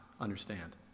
understand